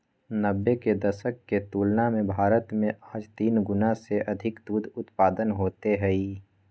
नब्बे के दशक के तुलना में भारत में आज तीन गुणा से अधिक दूध उत्पादन होते हई